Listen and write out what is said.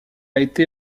été